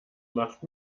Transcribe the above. macht